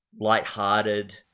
lighthearted